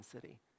City